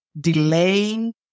delaying